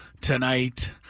tonight